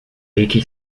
eighty